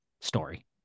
story